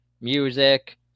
music